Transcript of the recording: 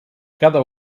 cada